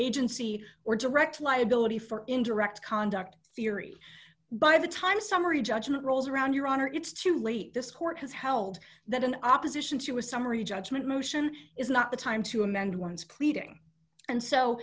agency or direct liability for indirect conduct theory by the time summary judgment rolls around your honor it's too late this court has held that an opposition to a summary judgment motion is not the time to amend one's pleading and so